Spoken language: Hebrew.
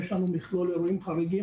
יש לנו מכלול אירועים חריגים,